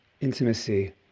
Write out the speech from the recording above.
intimacy